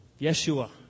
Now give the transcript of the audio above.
Yeshua